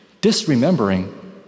Disremembering